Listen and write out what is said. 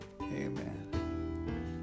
Amen